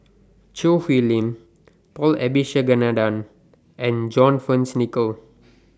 Choo Hwee Lim Paul Abisheganaden and John Fearns Nicoll